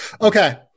Okay